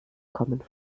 kommen